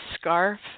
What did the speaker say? scarf